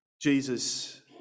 Jesus